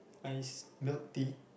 iced milk tea